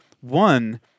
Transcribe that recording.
One